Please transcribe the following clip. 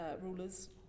rulers